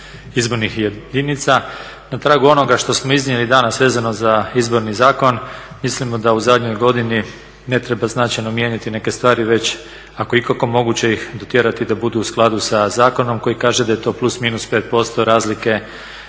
izbornih jedinica. Na tragu onoga što smo iznijeli danas vezano za Izborni zakon mislimo da u zadnjoj godini ne treba značajno mijenjati neke stvari već ako je ikako moguće ih dotjerati da budu u skladu sa zakonom koji kaže da je to plus minus pet posto razlike